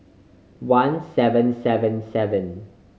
one seven seven seven